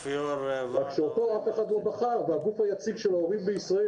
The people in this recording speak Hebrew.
אלא שאותו אף אחד לא בחר והגוף היציג של ההורים בישראל,